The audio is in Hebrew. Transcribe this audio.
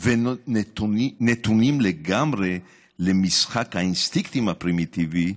ונתונים לגמרי למשחק האינסטינקטים הפרימיטיבי,